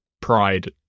pride